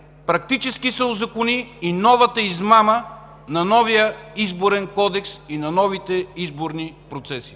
практически се узакони и новата измама на новия Изборен кодекс и на новите изборни процеси.